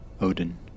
Odin